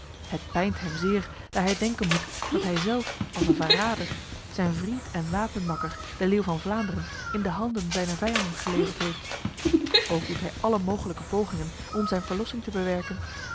het pijnt hem zeer daar hij denken moet dat hij zelf als een verrader zijn vriend en wapenmakker de leeuw van vlaanderen in de handen zijner vijanden geleverd heeft ook doet hij alle mogelijke pogingen om zijn verlossing te bewerken